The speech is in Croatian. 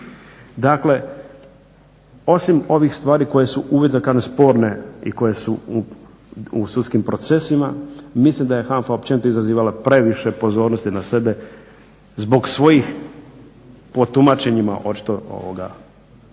Dakle, osim ovih stvari koje su sporne i koje su u sudskim procesima mislim da je HANFA općenito izazivala previše pozornosti na sebe zbog svojih po tumačenjima očito onih